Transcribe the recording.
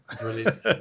Brilliant